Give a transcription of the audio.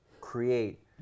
create